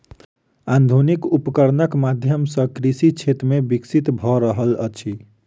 आधुनिक उपकरणक माध्यम सॅ कृषि क्षेत्र विकसित भ रहल अछि